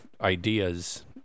Ideas